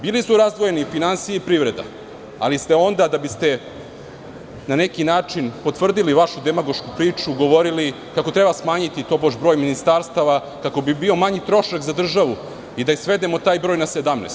Bili su razdvojeni i finansije i privreda, ali ste onda na neki način da biste potvrdili vašu demagošku priču govorili kako treba smanjiti broj ministarstava, kako bi bio manji trošak za državu i da taj broj svedemo na 17.